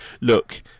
look